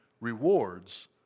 rewards